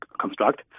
construct